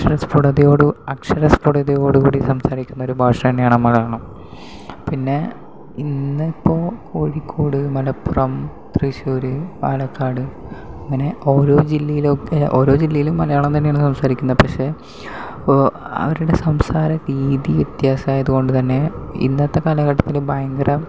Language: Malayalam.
അക്ഷര സ്ഫുടതയോട് അക്ഷര സ്ഫുടതയോട് കൂടി സംസാരിക്കുന്ന ഒരു ഭാഷ തന്നെയാണ് മലയാളം പിന്നെ ഇന്ന് ഇപ്പോൾ കോഴിക്കോട് മലപ്പുറം തൃശ്ശൂര് പാലക്കാട് അങ്ങനെ ഓരോ ജില്ലയിലൊക്കെ ഓരോ ജില്ലയിലും മലയാളം തന്നെയാണ് സംസാരിക്കുന്നത് പക്ഷെ അവരുടെ സംസാര രീതി വ്യത്യാസമായത് കൊണ്ട് തന്നെ ഇന്നത്തെ കാലഘട്ടത്തില് ഭയങ്കര